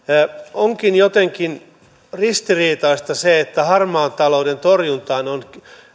onkin jotenkin ristiriitaista se että harmaan talouden torjuntaan on